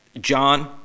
John